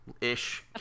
Ish